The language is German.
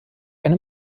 eine